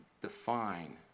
define